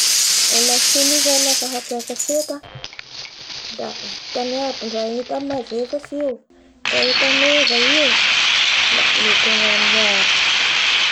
Lamasiny io zay lafa hampiakatsy enta la vitany aby ndra enta mavesatsy io, ndra enta meva io, la mety agnaminy aby.